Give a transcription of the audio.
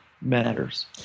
matters